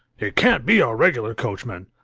it can't be our regular coachman.